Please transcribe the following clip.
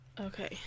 Okay